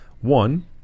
One